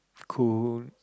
cool